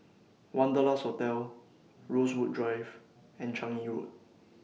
Wanderlust Hotel Rosewood Drive and Changi Road